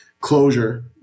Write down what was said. closure